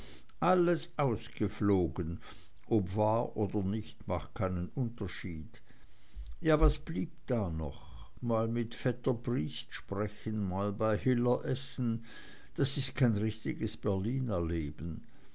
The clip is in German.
alles ausgeflogen ob wahr oder nicht macht keinen unterschied ja was blieb da noch mal mit vetter briest sprechen mal bei hiller essen das ist kein richtiges berliner leben